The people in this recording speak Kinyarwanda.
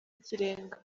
ikirenga